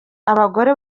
abagore